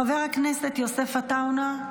חבר הכנסת יוסף עטאונה,